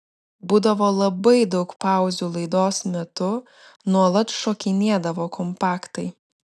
būdavo labai daug pauzių laidos metu nuolat šokinėdavo kompaktai